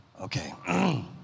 Okay